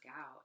out